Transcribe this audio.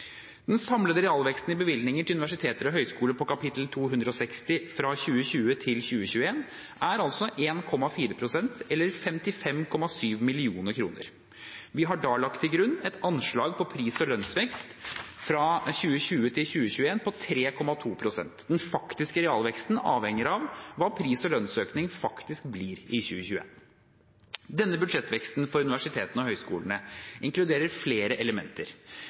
Den samlede realveksten i bevilgningen til universiteter og høyskoler på kapittel 260 fra 2020 til 2021 er 1,4 pst., eller 557 mill. kr. Vi har da lagt til grunn et anslag på pris- og lønnsvekst fra 2020 til 2021 på 3,2 pst. Den faktiske realveksten avhenger av hva pris- og lønnsøkningen faktisk blir i 2021. Denne budsjettveksten for universitetene og høyskolene inkluderer flere elementer.